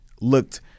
looked